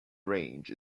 range